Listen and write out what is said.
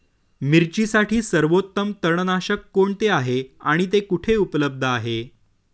मिरचीसाठी सर्वोत्तम तणनाशक कोणते आहे आणि ते कुठे उपलब्ध आहे?